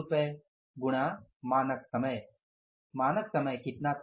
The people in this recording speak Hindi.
रुपए 20 गुणा मानक समय मानक समय कितना था